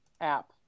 app